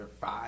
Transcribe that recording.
five